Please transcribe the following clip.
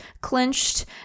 clinched